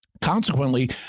Consequently